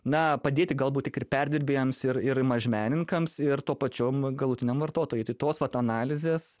na padėti galbūt tik ir perdirbėjams ir ir mažmenininkams ir tuo pačiom galutiniam vartotojui tai tos vat analizės